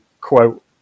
quote